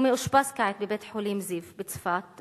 הוא מאושפז כעת בבית-חולים "זיו" בצפת,